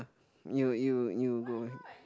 you'll you'll you'll go